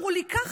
אמרו לי ככה,